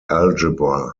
algebra